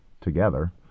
together